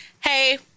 Hey